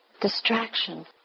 distraction